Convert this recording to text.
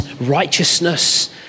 righteousness